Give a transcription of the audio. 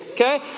Okay